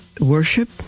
Worship